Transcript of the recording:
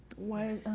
why.